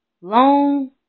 long